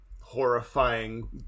horrifying